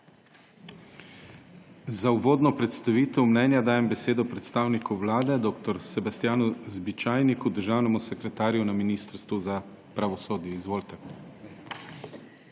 Za uvodno predstavitev mnenja dajem besedo predstavniku Vlade dr. Sebastjanu Zbičajniku, državnemu sekretarju na Ministrstvu za pravosodje. Izvolite.